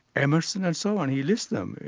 emerson and so on, he lists them,